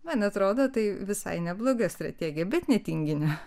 man atrodo tai visai nebloga strategija bet ne tinginio